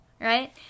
Right